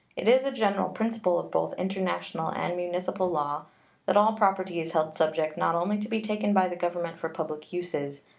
it is a general principle of both international and municipal law that all property is held subject not only to be taken by the government for public uses,